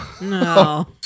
No